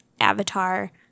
Avatar